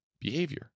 behavior